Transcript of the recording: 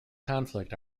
conflict